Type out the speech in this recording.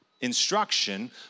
instruction